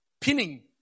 Pinning